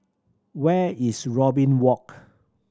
where is Robin Walk